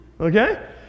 Okay